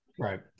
Right